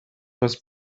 was